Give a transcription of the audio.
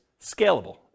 scalable